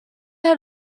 had